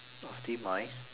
optimise